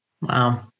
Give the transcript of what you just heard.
Wow